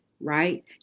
right